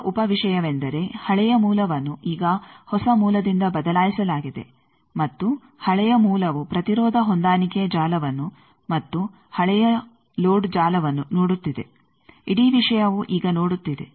ಮೊದಲ ಉಪ ವಿಷಯವೆಂದರೆ ಹಳೆಯ ಮೂಲವನ್ನು ಈಗ ಹೊಸ ಮೂಲದಿಂದ ಬದಲಾಯಿಸಲಾಗಿದೆ ಮತ್ತು ಹಳೆಯ ಮೂಲವು ಪ್ರತಿರೋಧ ಹೊಂದಾಣಿಕೆಯ ಜಾಲವನ್ನು ಮತ್ತು ಹಳೆಯ ಲೋಡ್ ಜಾಲವನ್ನು ನೋಡುತ್ತಿದೆ ಇಡೀ ವಿಷಯವು ಈಗ ನೋಡುತ್ತಿದೆ